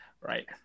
right